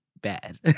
bad